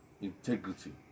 Integrity